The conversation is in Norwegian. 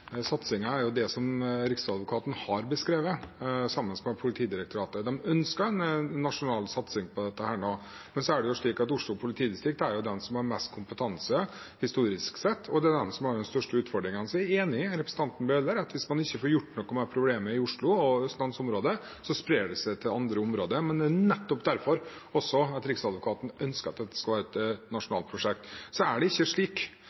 det som Riksadvokaten har beskrevet, sammen med Politidirektoratet. De ønsker en nasjonal satsing på dette nå, men Oslo politidistrikt er de som har mest kompetanse, historisk sett, og det er de som har de største utfordringene. Så er jeg enig med representanten Bøhler i at hvis man ikke får gjort noe med problemet i Oslo og i Østlands-området, sprer det seg til andre områder, men det er nettopp derfor Riksadvokaten ønsker at dette skal være et nasjonalt prosjekt. Det er ikke slik